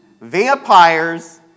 vampires